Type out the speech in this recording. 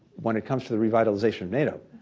when it comes to the revitalization of nato,